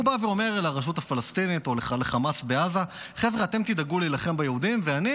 הוא בא ואומר לרשות הפלסטינית או לחמאס בעזה: חבר'ה,